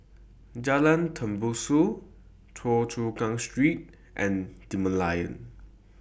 Jalan Tembusu Choa Chu Kang Street and The Merlion